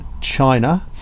China